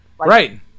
Right